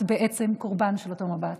את בעצם קורבן של אותו מבט.